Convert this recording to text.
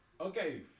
Okay